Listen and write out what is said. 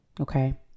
Okay